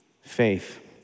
faith